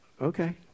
Okay